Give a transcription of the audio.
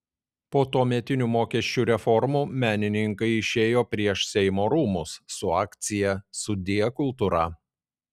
po tuometinių mokesčių reformų menininkai išėjo prieš seimo rūmus su akcija sudie kultūra